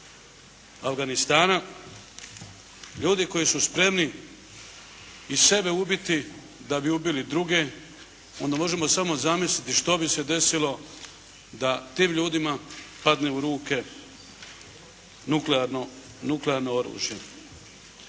Afganistana, ljudi koji su spremni i sebe ubiti da bi ubili druge. Onda možemo samo zamisliti što bi se desilo da tim ljudima padne u ruke nuklearno oružje.